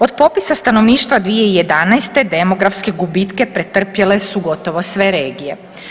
Od popisa stanovništva 2011. demografske gubitke pretrpjele su gotovo sve regije.